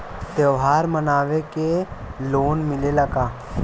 त्योहार मनावे के लोन मिलेला का?